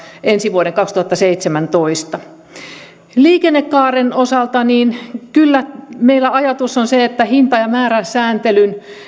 ensi vuoden kaksituhattaseitsemäntoista kehykseen mennessä liikennekaaren osalta kyllä meillä ajatus on hinnan ja määrän sääntelyn